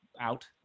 out